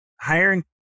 hiring